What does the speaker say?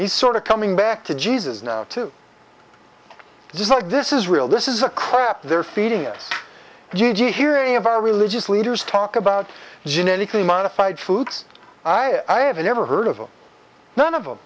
he's sort of coming back to jesus now too just like this is real this is a crap they're feeding it gigi hearing of our religious leaders talk about genetically modified foods i haven't ever heard of them none of them